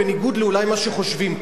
בניגוד אולי למה שחושבים כאן.